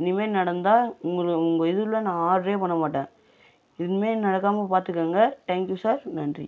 இனிமேல் நடந்தால் உங்கள் உங்கள் இதில் நான் ஆட்ரே பண்ண மாட்டேன் இனிமேல் நடக்காமல் பார்த்துக்கங்க தேங்க் யூ சார் நன்றி